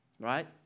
right